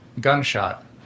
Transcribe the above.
gunshot